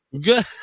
Good